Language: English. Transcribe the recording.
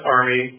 Army